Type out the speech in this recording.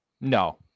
No